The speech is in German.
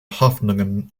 hoffnungen